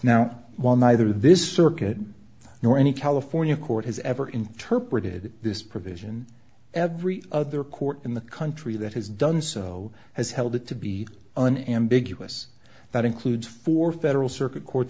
now while neither this circuit nor any california court has ever interpreted this provision every other court in the country that has done so has held it to be an ambiguous that includes four federal circuit courts